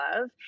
love